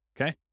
okay